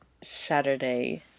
Saturday